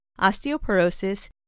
osteoporosis